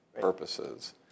purposes